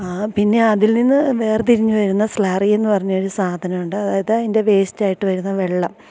പിന്നെ അതിൽ നിന്ന് വേർതിരിഞ്ഞ് വരുന്ന സ്ലാറീന്ന് പറഞ്ഞ ഒരു സാധനമുണ്ട് അത് അതിൻ്റെ വേസ്റ്റായിട്ട് വരുന്ന വെള്ളം